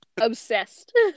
Obsessed